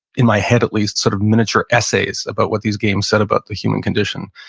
in my head at least, sort of miniature essays about what these games said about the human condition,